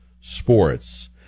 sports